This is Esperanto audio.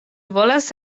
volas